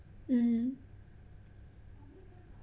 mm